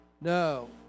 no